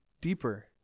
deeper